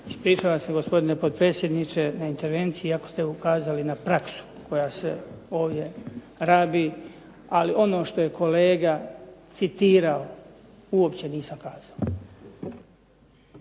Ispričavam se gospodine potpredsjedniče na intervenciji iako ste ukazali na praksu koja se ovdje rabi. Ali ono što je kolega citirao uopće nisam kazao.